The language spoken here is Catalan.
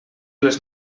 les